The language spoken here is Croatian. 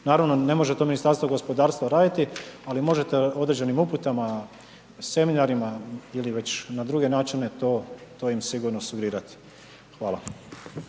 Naravno to ne može Ministarstvo gospodarstva raditi, ali možete određenim uputama, seminarima ili već na druge načine to im sigurno sugerirati. Hvala.